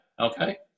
okay